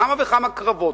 כמה וכמה קרבות.